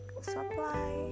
supply